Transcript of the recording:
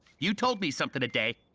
you told me something today,